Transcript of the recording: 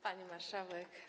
Pani Marszałek!